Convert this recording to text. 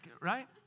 right